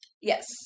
yes